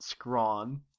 Scrawn